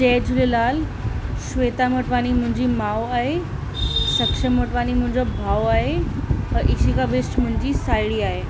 जय झूलेलाल श्वेता मोटवानी मुंहिंजी माउ आहे सक्षम मोटवानी मुंहिंजो भाउ आहे ऐं इशिका बिष्ट मुंहिंजी साहेड़ी आहे